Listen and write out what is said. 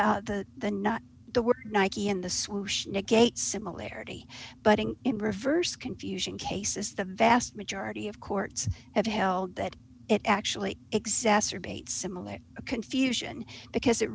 s the not the word nike in the swoosh negate similarity butting in reverse confusion cases the vast majority of courts have held that it actually exacerbate similar confusion because it